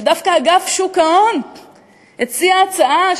שדווקא אגף שוק ההון הציע הצעה,